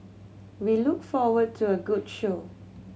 we look forward to a good show